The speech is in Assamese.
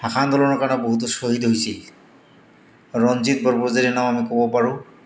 ভাষা আন্দোলনৰ কাৰণে বহুতো শ্বহীদ হৈছিল ৰঞ্জিত বৰপূজাৰীৰ নাম আমি ক'ব পাৰোঁ